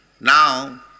Now